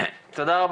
תודה.